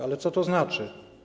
Ale co to znaczy?